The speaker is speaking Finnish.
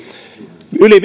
yli